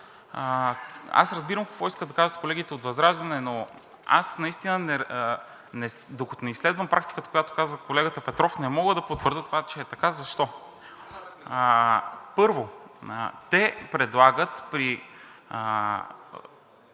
аз разбирам какво искат да кажат колегите от ВЪЗРАЖДАНЕ, но докато не изследвам практиката, която каза колегата Петров, не мога да потвърдя това, че е така. Защо? Първо, те предлагат при